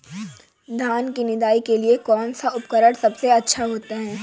धान की निदाई के लिए कौन सा उपकरण सबसे अच्छा होता है?